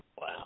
Wow